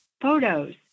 Photos